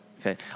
Okay